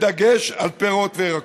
בדגש על פירות וירקות.